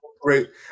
Great